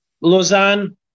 Lausanne